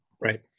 Right